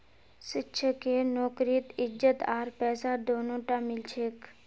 शिक्षकेर नौकरीत इज्जत आर पैसा दोनोटा मिल छेक